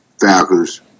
Falcons